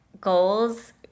Goals